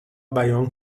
بیان